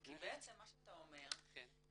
כי בעצם מה שאתה אומר זה,